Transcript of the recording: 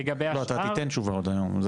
לגבי השאר --- לא, אתה תיתן תשובה עוד היום.